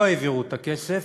לא העבירו את הכסף.